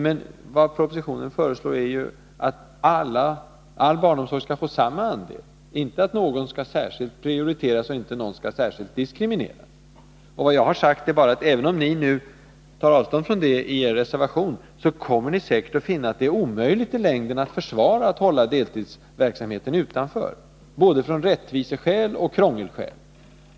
Men vad propositionen föreslår är ju att all barnomsorg skall få samma andel, inte att någon skall särskilt prioriteras eller särskilt diskrimineras. Vad jag har sagt är bara att även om ni nu tar avstånd från detta i er reservation, så kommer ni säkert att finna att det i längden är omöjligt att försvara att deltidsverksamheten skall hållas utanför — både av rättviseskäl och av krångelskäl.